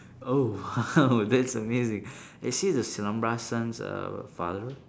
oh that's amazing is he the silambarasan's err father